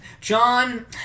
John